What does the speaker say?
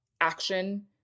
action